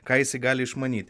ką jisai gali išmanyti